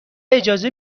اجازه